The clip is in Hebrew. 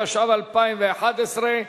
התשע"ב 2011,